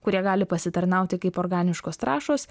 kurie gali pasitarnauti kaip organiškos trąšos